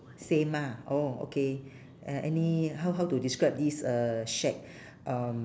same ah orh okay a~ any how how to describe this uh shack um